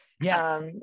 Yes